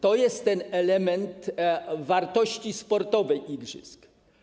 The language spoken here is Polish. To jest ten element wartości sportowej igrzysk.